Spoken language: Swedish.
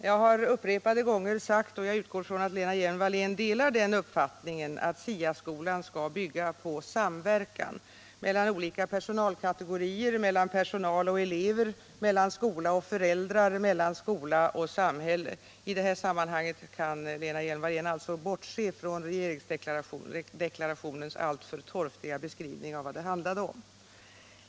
Herr talman! Jag har upprepade gånger sagt, och jag utgår från att Lena Hjelm-Wallén delar den uppfattningen, att SIA-skolan skall bygga på samverkan mellan olika kategorier, mellan personal och elever, mellan skola och föräldrar samt mellan skola och samhälle. I det här sammanhanget kan Lena Hjelm-Wallén alltså bortse från regeringsdeklarationens alltför torftiga beskrivning av vad det handlar om.